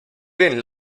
willen